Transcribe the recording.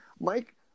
Mike